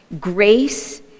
grace